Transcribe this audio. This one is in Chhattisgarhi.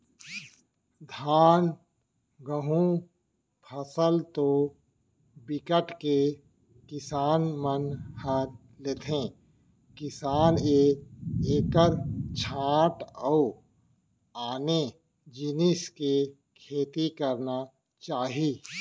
धान, गहूँ फसल तो बिकट के किसान मन ह लेथे किसान ल एखर छांड़ अउ आने जिनिस के खेती करना चाही